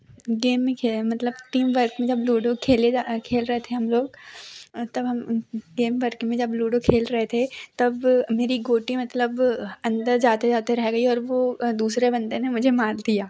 game में खे मतलब टीम वर्क मतलब लूडो खेले जा खेल रहे थे हम लोग तब हम गेम वर्क में जब लूडो खेल रहे थे तब मेरी गोटी मतलब अंदर जाते जाते रह गई और वह दूसरे बंदे ने मुझे मार दिया